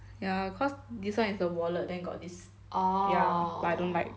ya cause this [one] is the wallet then got this but I don't like